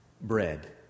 bread